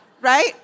Right